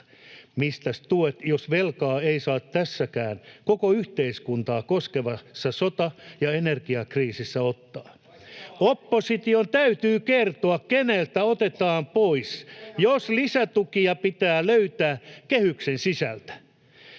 Mistäs tuet, jos velkaa ei saa tässäkään, koko yhteiskuntaa koskevassa sota- ja energiakriisissä, ottaa? Opposition täytyy kertoa, keneltä otetaan pois, jos lisätukia pitää löytää kehyksen sisältä.